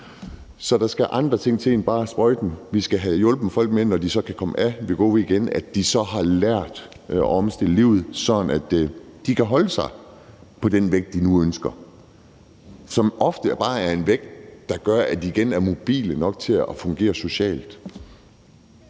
Så der skal andre ting til end bare en sprøjte. Vi skal have hjulpet folk, så de, når de er kommet af Wegovy igen, har lært at omlægge deres livsstil, sådan at de kan holde sig på den vægt, de nu ønsker at have. Og det er ofte bare en vægt, der gør, at de igen er mobile nok til at fungere socialt